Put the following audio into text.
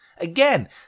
Again